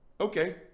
Okay